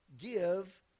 give